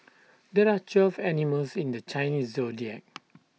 there are twelve animals in the Chinese Zodiac